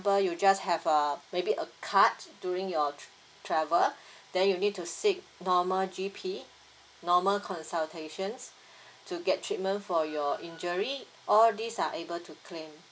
~ple you just have a maybe a cut during your travel then you need to seek normal G_P normal consultations to get treatment for your injury all these are able to claim